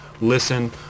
listen